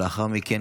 לאחר מכן,